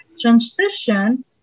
transition